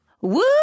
Woo